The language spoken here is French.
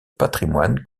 patrimoine